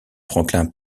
franklin